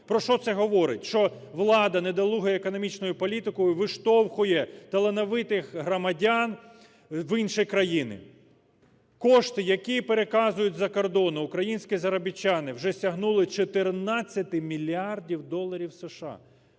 Про що це говорить? Що влада недолугою економічною політикою виштовхує талановитих громадян в інші країни. Кошти, які переказують з-за кордону українські заробітчани, вже сягнули 14 мільярдів доларів США